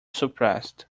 suppressed